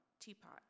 teapot